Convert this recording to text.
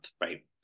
right